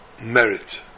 merit